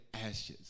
ashes